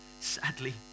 Sadly